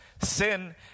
Sin